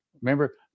Remember